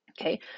okay